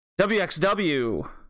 WXW